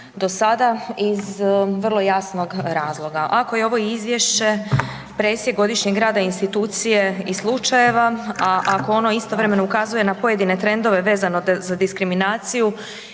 do sada iz vrlo jasnog razloga, ako je ovo izvješće presjek godišnjeg rada institucije i slučajeva, a ako ono istovremeno ukazuje na pojedine trendove vezano za diskriminaciju